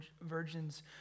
virgin's